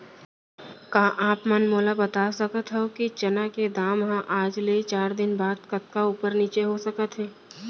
का आप मन मोला बता सकथव कि चना के दाम हा आज ले चार दिन बाद कतका ऊपर नीचे हो सकथे?